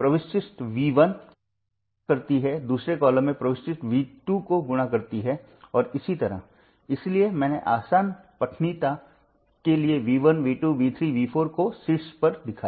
वर्तमान स्रोत थे